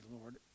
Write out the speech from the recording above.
Lord